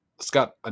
Scott